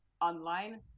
online